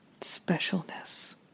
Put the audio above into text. Specialness